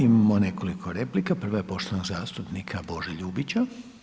Imamo nekoliko replika, prva je poštovanog zastupnika Bože Ljubića.